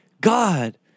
God